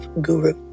Guru